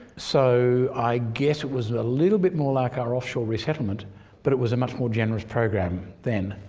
so i guess it was a little bit more like our offshore resettlement but it was a much more generous program then.